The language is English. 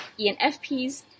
ENFPs